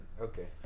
Okay